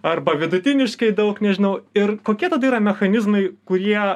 arba vidutiniškai daug nežinau ir kokie tada yra mechanizmai kurie